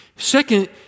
Second